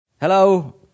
Hello